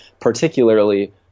particularly –